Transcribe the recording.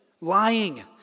lying